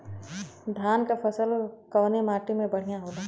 धान क फसल कवने माटी में बढ़ियां होला?